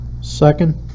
second